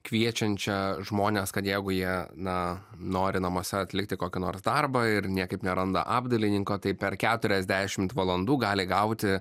kviečiančią žmones kad jeigu jie na nori namuose atlikti kokį nors darbą ir niekaip neranda apdailininko tai per keturiasdešimt valandų gali gauti